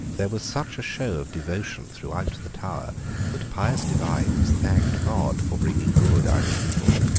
there was such a show of devotion throughout the tower that pious divines thanked god for bringing good out of evil,